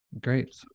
Great